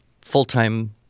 full-time